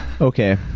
Okay